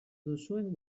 duzuen